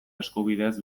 eskubideez